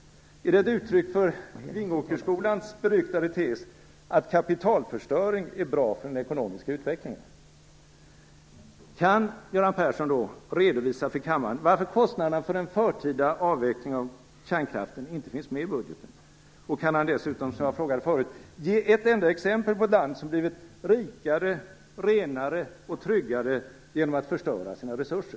Är detta ett uttryck för Vingåkersskolans beryktade tes, att kapitalförstöring är bra för den ekonomiska utvecklingen? Kan Göran Persson redovisa för kammaren varför kostnaderna för en förtida avveckling av kärnkraften inte finns med i budgeten? Kan han dessutom ge ett enda exempel på ett land som har blivit rikare, renare och tryggare genom att förstöra sina resurser?